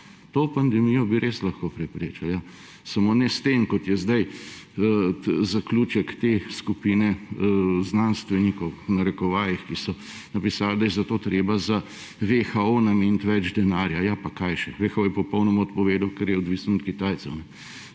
To pandemijo bi res lahko preprečili, ja, samo ne s tem, kot je zdaj zaključek te skupine znanstvenikov, v narekovajih, ki so napisali, da je zato treba za WHO nameniti več denarja. Ja, pa kaj še! WHO je popolnoma odpovedal, ker je odvisen od Kitajcev,